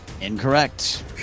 Incorrect